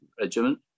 Regiment